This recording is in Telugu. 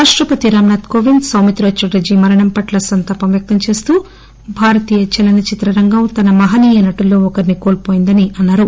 రాష్టపతి రామ్నాథ్ కోవింద్ సౌమిత్ర ఛటర్టీ మరణం పట్ల సంతాపం వ్యక్తం చేస్తూ భారతీయ చలనచిత్రరంగం తన మహనీయ నటుల్లో ఒకరిని కోల్పోయిందని ఆయన అన్నారు